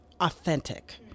authentic